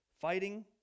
fighting